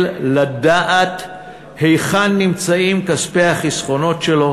לדעת היכן נמצאים כספי החסכונות שלו,